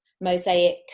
mosaic